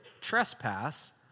trespass